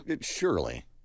Surely